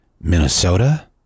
Minnesota